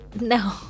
No